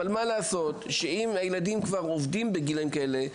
אבל מה לעשות ואם הילדים כבר עובדים בגילאים כאלה,